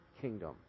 kingdom